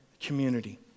community